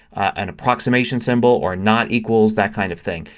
an approximation symbol or not equals. that kind of thing.